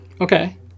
Okay